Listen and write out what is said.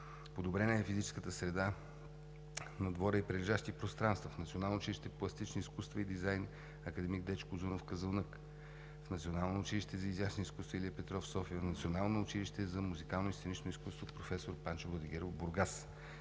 Подобрена е физическата среда на двора и прилежащи пространства в Националното училище по пластични изкуства и дизайн „Академик Дечко Узунов“ – Казанлък; в Националното училище за изящни изкуства „Илия Петров“ – София; в Националното училище за музикално и сценично изкуство „Професор Панчо Владигеров“ – Бургас.